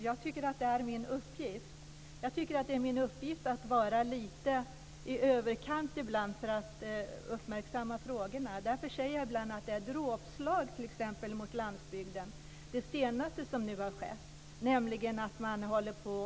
Jag tycker att det är min uppgift att ibland ta till i överkant för att uppmärksamma frågorna. Det är därför som jag säger att det senaste som nu har skett är ett dråpslag mot landsbygden.